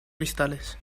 cristales